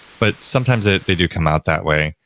but sometimes ah they do come out that way.